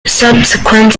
subsequent